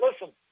listen